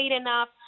enough